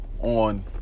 on